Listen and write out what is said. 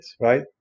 right